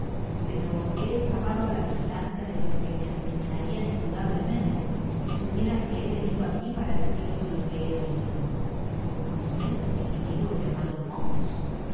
pero he escapado á la vigilancia de los que me asesinarian indudablemente si supieran que he venido aqui para deciros lo que he oido conoceis á un individuo llamado montar